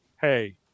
hey